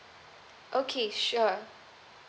okay sure